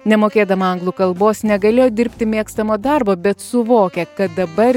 nemokėdama anglų kalbos negalėjo dirbti mėgstamo darbo bet suvokia kad dabar